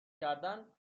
کردن